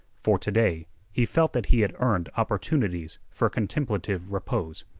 for to-day he felt that he had earned opportunities for contemplative repose.